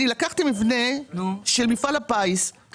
לקחתי מבנה של מפעל הפיס,